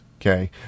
okay